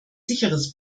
sicheres